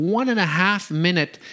one-and-a-half-minute